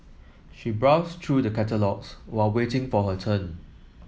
she browsed through the catalogues while waiting for her turn